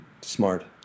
smart